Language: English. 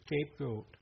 scapegoat